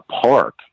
park